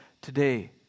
today